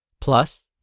plus